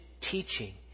teaching